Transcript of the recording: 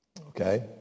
Okay